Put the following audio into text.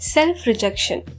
Self-Rejection